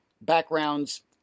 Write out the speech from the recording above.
backgrounds